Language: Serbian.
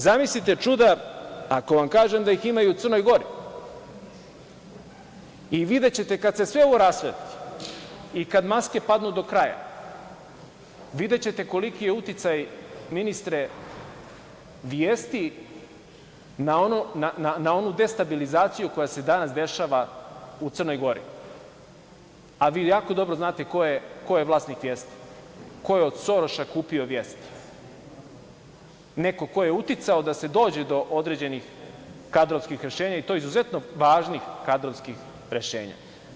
Zamislite čuda ako vam kažem da ih ima i u Crnog Gori i videćete kada se sve ovo rasvetli i kad maske padnu do kraja videćete koliki je uticaj, ministre, „Vijesti“ na onu destabilizaciju koja se danas dešava u Crnoj Gori, a vi jako dobro znate ko je vlasnik „Vijesti“, ko je od Soroša kupio „Vijesti“, neko ko je uticao da se dođe do određenih kadrovskih rešenja i to izuzetno važnih kadrovskih rešenja.